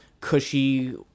cushy